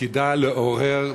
תפקידה לעורר,